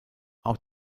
auch